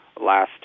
last